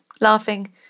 laughing